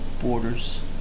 border's